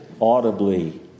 audibly